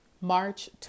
March